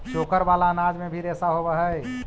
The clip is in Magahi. चोकर वाला अनाज में भी रेशा होवऽ हई